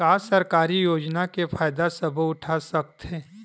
का सरकारी योजना के फ़ायदा सबो उठा सकथे?